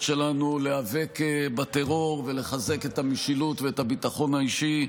שלנו להיאבק בטרור ולחזק את המשילות ואת הביטחון האישי.